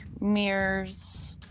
mirrors